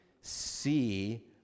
see